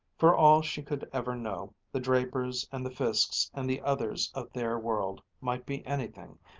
for all she could ever know, the drapers and the fiskes and the others of their world might be anything,